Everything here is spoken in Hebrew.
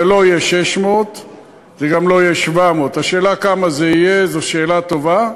זה לא יהיה 600,000 וגם לא יהיה 700,000. השאלה כמה זה יהיה זו שאלה טובה.